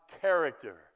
character